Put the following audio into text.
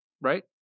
right